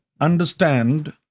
understand